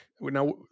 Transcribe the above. Now